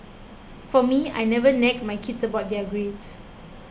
for me I never nag my kids about their grades